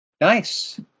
Nice